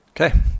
Okay